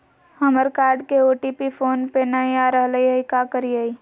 हमर कार्ड के OTP phone पे नई आ रहलई हई, का करयई?